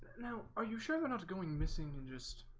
now, are you sure they're not going missing and just